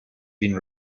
been